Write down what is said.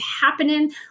happening